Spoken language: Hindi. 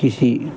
किसी